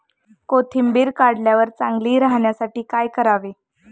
कोथिंबीर काढल्यावर चांगली राहण्यासाठी काय करावे?